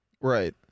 Right